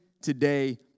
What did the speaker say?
today